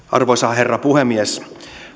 arvoisa herra puhemies